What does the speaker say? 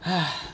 !hais!